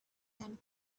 and